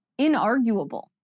inarguable